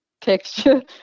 texture